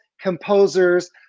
composers